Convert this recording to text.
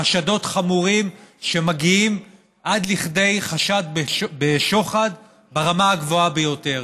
חשדות חמורים שמגיעים עד לכדי חשד בשוחד ברמה הגבוהה ביותר.